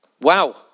Wow